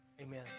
Amen